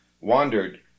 Wandered